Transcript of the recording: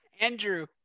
Andrew